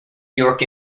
york